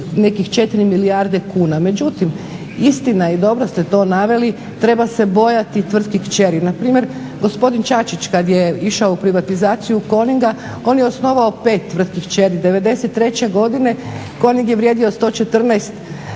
nekih 4 milijarde kuna. Međutim, istina i je dobro ste to naveli treba se bojati tvrtki kćeri. Npr. gospodin Čačić kada je išao u privatizaciju Coning-a on je osnovao 5 tvrtki kćeri. '93.godine Coning je vrijedio 114 maraka